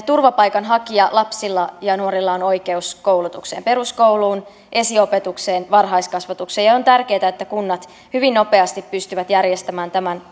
turvapaikanhakijalapsilla ja nuorilla on oikeus koulutukseen peruskouluun esiopetukseen varhaiskasvatukseen ja on tärkeää että kunnat hyvin nopeasti pystyvät järjestämään tämän